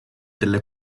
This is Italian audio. della